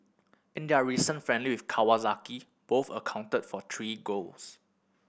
in their recent friendly with Kawasaki both accounted for three goals